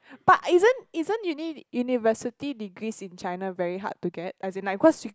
but isn't isn't uni university degrees in China very hard to get as in like because